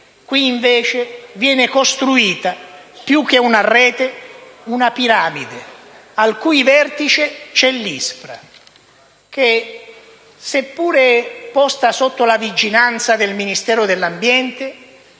Qui invece viene costruita, più che una rete, una piramide, al cui vertice c'è l'ISPRA, che, seppure posta sotto la vigilanza del Ministero dell'ambiente,